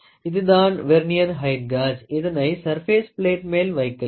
இதுதான் vernier height gauge இதனை surface plate மேல் வைக்கலாம்